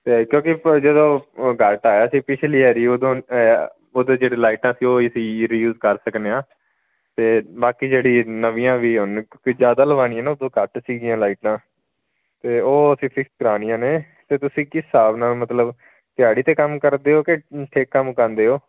ਅਤੇ ਕਿਉਂਕਿ ਜਦੋਂ ਘਰ ਢਾਹਿਆ ਸੀ ਪਿਛਲੀ ਵਾਰੀ ਉਦੋ ਉਦੋਂ ਜਿਹੜੀਆਂ ਲਾਈਟਾਂ ਸੀ ਉਹ ਸੀ ਰਿਜੂਸ ਕਰ ਸਕਦੇ ਹਾਂ ਅਤੇ ਬਾਕੀ ਜਿਹੜੀਆਂ ਨਵੀਆਂ ਵੀ ਕਿਉਂਕਿ ਜ਼ਿਆਦਾ ਲਵਾਉਣੀਆ ਉਦੋਂ ਘੱਟ ਸੀਗੀਆਂ ਲਾਈਟਾਂ ਅਤੇ ਉਹ ਅਸੀਂ ਫਿਕਸ ਕਰਾਉਣੀਆਂ ਨੇ ਅਤੇ ਤੁਸੀਂ ਕਿਸ ਹਿਸਾਬ ਨਾਲ ਮਤਲਬ ਦਿਹਾੜੀ 'ਤੇ ਕੰਮ ਕਰਦੇ ਹੋ ਕਿ ਠੇਕਾ ਮੁਕਾਉਂਦੇ ਹੋ